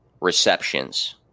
receptions